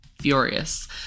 furious